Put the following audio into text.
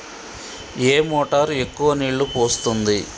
ఏ motor ఎక్కువ నీళ్లు పోస్తుంది?